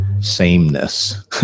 sameness